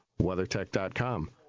WeatherTech.com